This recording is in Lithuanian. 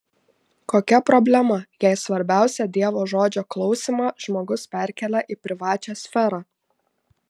kokia problema jei svarbiausią dievo žodžio klausymą žmogus perkelia į privačią sferą